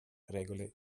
regole